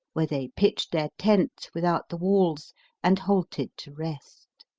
where they pitched their tents without the walls and halted to rest.